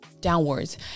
downwards